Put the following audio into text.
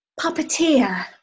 puppeteer